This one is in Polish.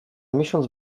miesiąc